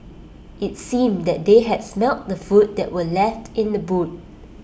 IT seemed that they had smelt the food that were left in the boot